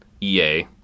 EA